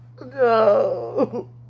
No